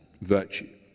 virtue